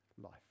Life